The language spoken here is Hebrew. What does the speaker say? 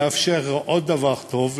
מאפשר עוד דבר טוב,